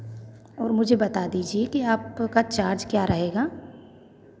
और मुझे बता दीजिए कि आपका चार्ज़ क्या रहेगा